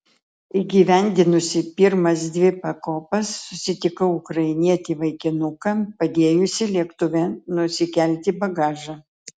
įgyvendinusi pirmas dvi pakopas susitikau ukrainietį vaikinuką padėjusį lėktuve nusikelti bagažą